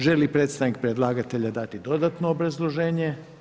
Želi li predstavnik predlagatelja dati dodatno obrazloženje?